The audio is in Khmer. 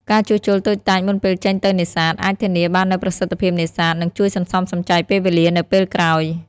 ការជួសជុលតូចតាចមុនពេលចេញទៅនេសាទ អាចធានាបាននូវប្រសិទ្ធភាពនេសាទ និងជួយសន្សំសំចៃពេលវេលានៅពេលក្រោយ។